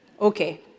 Okay